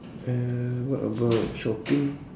uh what about shopping